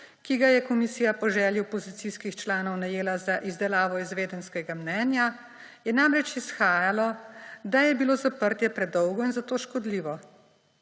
ki ga je komisija po želji opozicijskih članov najela za izdelavo izvedenskega mnenja, je namreč izhajalo, da je bilo zaprtje predolgo in zato škodljivo.